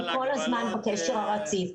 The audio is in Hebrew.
אנחנו כל הזמן בקשר רציף.